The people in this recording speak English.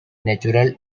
natural